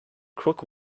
crook